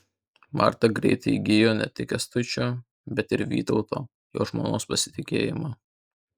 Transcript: marta greitai įgijo ne tik kęstučio bet ir vytauto jo žmonos pasitikėjimą